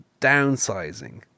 Downsizing